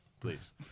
please